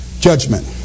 judgment